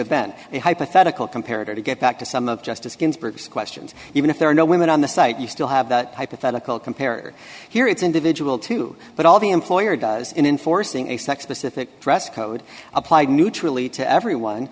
a hypothetical compared to get back to some of justice ginsburg's questions even if there are no women on the site you still have that hypothetical compare here it's individual too but all the employer does in enforcing a sex specific dress code applied neutrally to everyone